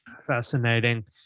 fascinating